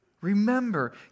remember